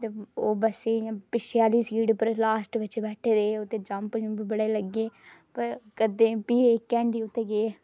ते ओह् बस्सै च इ'यां पिच्छेट आह्ली सीट पर इ'यां लास्ट बिच बैठे दे हे उत्थै जम्प जुम्प बड़े लग्गे ते कदें बी उत्थै गे